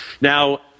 Now